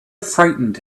frightened